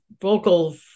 vocal